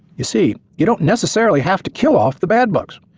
you see, you don't necessarily have to kill off the bad bugs.